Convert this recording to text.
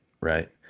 Right